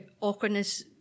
awkwardness